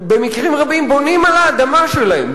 במקרים רבים בונים על האדמה שלהם,